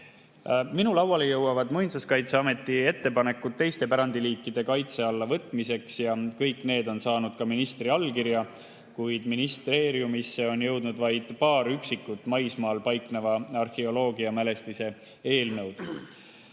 Minu lauale jõuavad Muinsuskaitseameti ettepanekud teiste pärandiliikide kaitse alla võtmiseks ja kõik need on saanud ka ministri allkirja. Kuid ministeeriumisse on jõudnud vaid paar üksikut maismaal paikneva arheoloogiamälestise eelnõu.